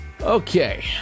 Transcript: Okay